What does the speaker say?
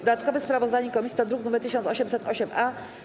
Dodatkowe sprawozdanie komisji to druk nr 1808-A.